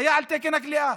היה על תקן הכליאה.